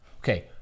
okay